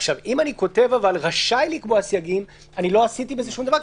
אם אני כותב: רשאי לקבוע סייגים לא עשיתי בזה דבר,